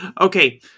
Okay